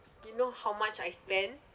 you know how much I spend